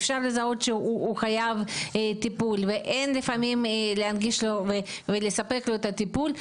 אפשר לזהות שהוא חייב טיפול ואין לפעמים להנגיש לו ולספק לו את הטיפול,